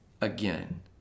again